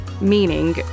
Meaning